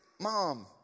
Mom